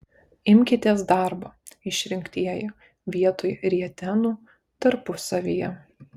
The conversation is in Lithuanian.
imkitės darbo išrinktieji vietoj rietenų tarpusavyje